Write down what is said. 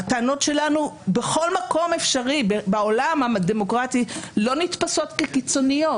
הטענות שלנו בכל מקום אפשרי בעולם הדמוקרטי לא נתפסות כקיצוניות.